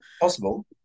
possible